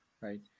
right